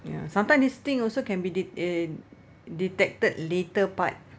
ya sometime this thing also can be de~ uh detected later part